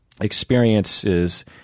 experiences